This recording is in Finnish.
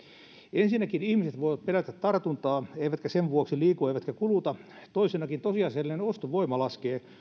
ensinnäkin ihmiset voivat pelätä tartuntaa eivätkä sen vuoksi liiku eivätkä kuluta toisenakin tosiasiallinen ostovoima laskee